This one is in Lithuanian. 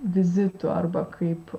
vizitu arba kaip